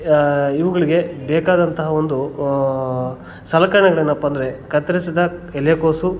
ಇವುಗಳಿಗೆ ಬೇಕಾದಂತಹ ಒಂದು ಸಲಕರಣೆಗಳೇನಪ್ಪ ಅಂದರೆ ಕತ್ತರಿಸಿದ ಎಲೆಕೋಸು